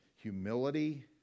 humility